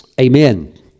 amen